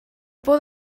por